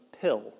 pill